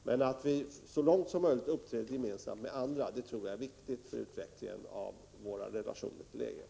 Men att vi så långt som möjligt uppträder gemensamt med andra tror jag är viktigt för utvecklingen av våra relationer till EG.